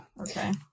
Okay